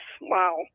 wow